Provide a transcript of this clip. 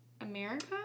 America